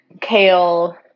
kale